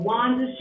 Wanda